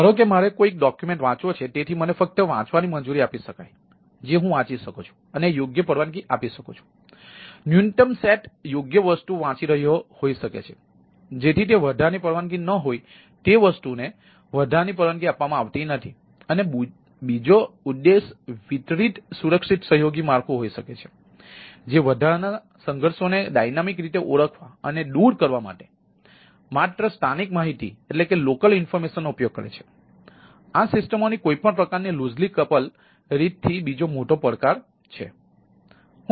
ધારો કે મારે કોઈ દસ્તાવેજ રીતે ઓળખવા અને દૂર કરવા માટે માત્ર સ્થાનિક માહિતીનો ઉપયોગ કરે છે આ સિસ્ટમોની કોઈપણ પ્રકારની લૂઝલી કપલ રીતથી બીજો મોટો પડકાર છે